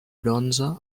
bronze